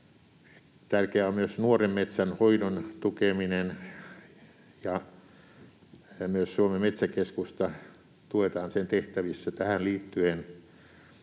Tärkeää on myös nuoren metsän hoidon tukeminen, ja myös Suomen metsäkeskusta tuetaan sen tehtävissä tähän liittyen.